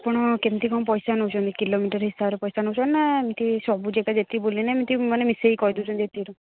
ଆପଣ କେମିତି କ'ଣ ପଇସା ନେଉଛନ୍ତି କିଲୋମିଟର୍ ହିସାବରେ ପଇସା ନେଉଛନ୍ତି ନା ଏମତି ସବୁ ଯାଗା ଯେତିକି ବୁଲିଲେ ଏମତି ମିଶାଇକି କହି ଦେଉଛନ୍ତି ଏତିକି ଟଙ୍କା